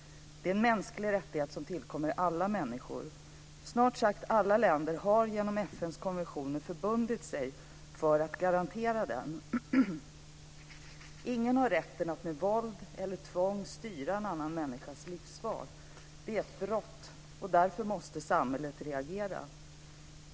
Det är en mänsklig rättighet som tillkommer alla människor. Snart sagt alla länder har genom FN:s konventioner förbundit sig att garantera den. Ingen har rätten att med våld eller tvång styra en annan människas livsval. Det är ett brott, och därför måste samhället reagera.